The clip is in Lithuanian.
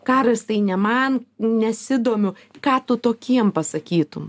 karas tai ne man nesidomiu ką tu tokiem pasakytum